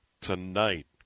tonight